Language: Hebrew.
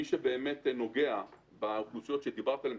מי שבאמת נוגע בקבוצות שדיברת עליהן,